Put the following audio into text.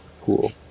Cool